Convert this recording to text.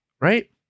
right